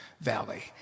Valley